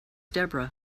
deborah